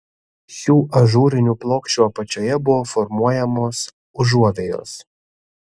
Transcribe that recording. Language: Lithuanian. šių ažūrinių plokščių apačioje buvo formuojamos užuovėjos